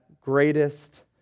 greatest